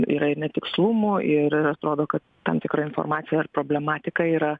yra ir netikslumų ir ir atrodo kad tam tikra informacija ir problematika yra